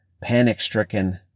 panic-stricken